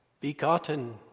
begotten